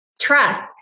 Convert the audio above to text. trust